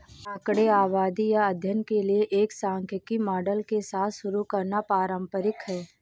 आंकड़े आबादी या अध्ययन के लिए एक सांख्यिकी मॉडल के साथ शुरू करना पारंपरिक है